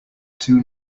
two